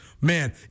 man